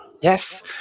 Yes